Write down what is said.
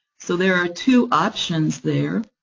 so there are two options there,